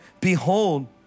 behold